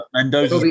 Mendoza